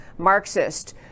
Marxist